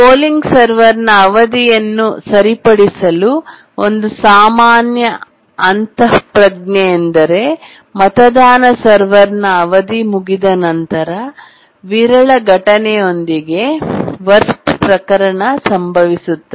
polling ಸರ್ವರ್ನ ಅವಧಿಯನ್ನು ಸರಿಪಡಿಸಲು ಒಂದು ಸಾಮಾನ್ಯ ಅಂತಃಪ್ರಜ್ಞೆಯೆಂದರೆ ಪೋಲಿಂಗ್ ಸರ್ವರ್ನ ಅವಧಿ ಮುಗಿದ ನಂತರ ವಿರಳ ಘಟನೆಯೊಂದಕ್ಕೆ ಕೆಟ್ಟವರ್ಸ್ಟ್ ಪ್ರಕರಣ ಸಂಭವಿಸುತ್ತದೆ